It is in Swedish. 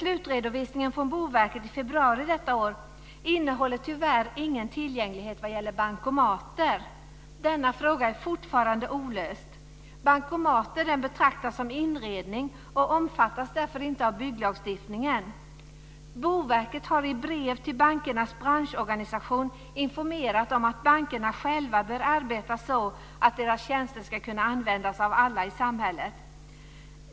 Slutredovisningen från Boverket i februari detta år innehåller tyvärr inget om tillgänglighet vad gäller bankomater. Denna fråga är fortfarande olöst. Bankomater betraktas som inredning och omfattas därför inte av bygglagstiftningen. Boverket har i brev till bankernas branschorganisation informerat om att bankerna själva bör arbeta så att deras tjänster ska kunna användas av alla i samhället.